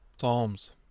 Psalms